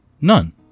None